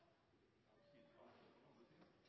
Han